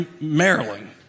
Maryland